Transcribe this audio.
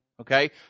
Okay